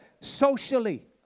socially